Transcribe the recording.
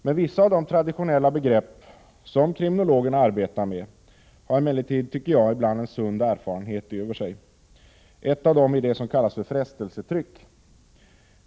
Men vissa av de traditionella begrepp som kriminologerna arbetar med har ofta en sund erfarenhet över sig. Ett av de begreppen är vad som kallas frestelsetryck.